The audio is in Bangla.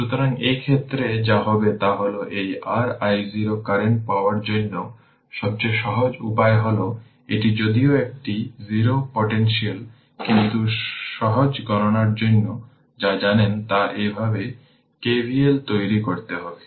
সুতরাং এই ক্ষেত্রে যা হবে তা হল এই r i0 কারেন্ট পাওয়ার জন্য সবচেয়ে সহজ উপায় হল এটি যদিও একটি 0 পটেনশিয়াল কিন্তু সহজ গণনার জন্য যা জানেন তা এইভাবে KVL তৈরি করতে পারে